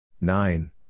nine